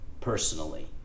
personally